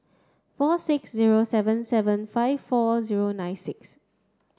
four six zero seven seven five four zero nine six